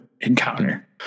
encounter